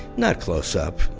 not close up.